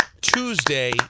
Tuesday